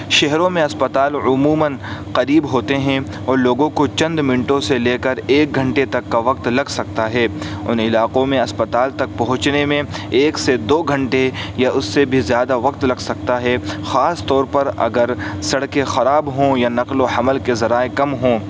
شہروں میں اسپتال عموماً قریب ہوتے ہیں اور لوگوں کو چند منٹوں سے لے کر ایک گھنٹے تک کا وقت لگ سکتا ہے ان علاقوں میں اسپتال تک پہنچنے میں ایک سے دو گھنٹے یا اس سے بھی زیادہ وقت لگ سکتا ہے خاص طور پر اگر سڑکیں خراب ہوں یا نقل و حمل کے ذرائع کم ہوں